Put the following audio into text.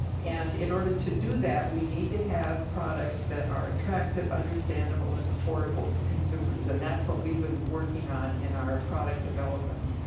and in order to do that we need to have products that are attractive understandable and affordable to consumers and that's what we have been working on in our product development.